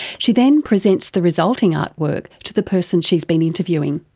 she then presents the resulting artwork to the person she's been interviewing.